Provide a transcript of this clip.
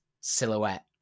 silhouette